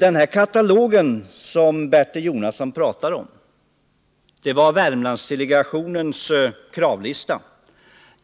Den katalog som Bertil Jonasson pratade om var Värmlandsdelegationens kravlista.